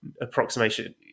approximation